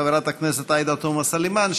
חברת הכנסת עאידה תומא סלימאן,